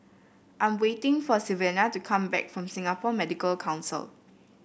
I'm waiting for Sylvania to come back from Singapore Medical Council